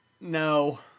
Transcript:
no